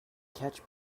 catch